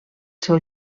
seu